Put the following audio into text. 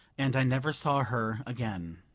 and i never saw her again.